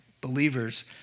believers